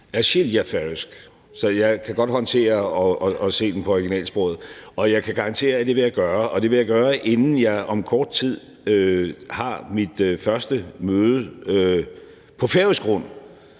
Eg skilji føroysk – så jeg kan godt håndtere at se den på originalsproget, og jeg kan garantere, at det vil jeg gøre. Og det vil jeg gøre, inden jeg om kort tid har mit første møde på færøsk grund